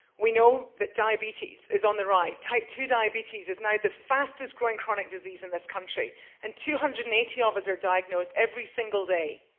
we know that diabetes is on the rise. type two diabetes is now the fastest-growing chronic disease in this country and two hundred and eighty ah of us are diagnosed every single day.